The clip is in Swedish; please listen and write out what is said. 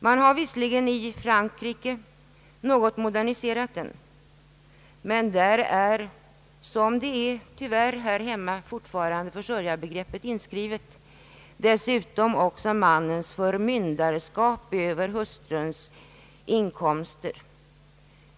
I Frankrike har man visserligen något moderniserat den men där är — som det tyvärr är hos oss — fortfarande = försörjningsbegreppet «inskrivet, dessutom också mannens förmynderskap över hustruns inkomster.